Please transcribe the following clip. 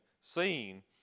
seen